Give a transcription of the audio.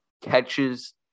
catches